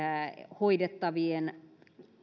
hoidettavien